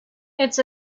it’s